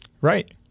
Right